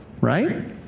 Right